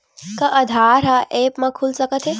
का आधार ह ऐप म खुल सकत हे?